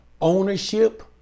ownership